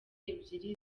ebyiri